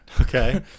Okay